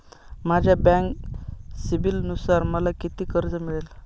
माझ्या बँक सिबिलनुसार मला किती कर्ज मिळेल?